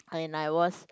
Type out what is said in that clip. and I was